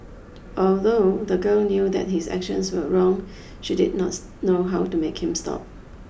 although the girl knew that his actions were wrong she did not knows know how to make him stop